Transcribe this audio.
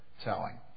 telling